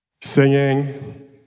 singing